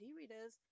readers